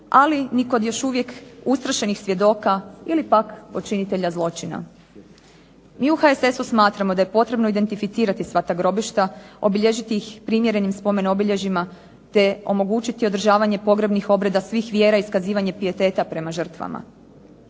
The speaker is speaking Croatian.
ali ni kod još uvijek ustrašenih svjedoka ili pak počinitelja zločina. Mi u HSS-u smatramo da je potrebno identificirati sva ta grobišta, obilježiti ih primjerenim spomen obilježjima te omogućiti održavanje pogrebnih obreda svih vjera, iskazivanje pijeteta prema žrtvama.